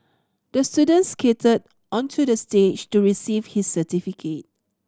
the student skated onto the stage to receive his certificate